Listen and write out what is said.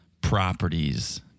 properties